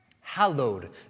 hallowed